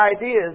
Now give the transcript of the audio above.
ideas